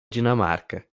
dinamarca